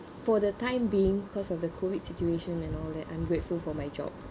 for the time being cause of the COVID situation and all that I'm grateful for my job